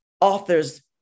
author's